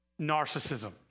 Narcissism